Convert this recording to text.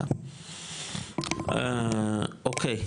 אוקי,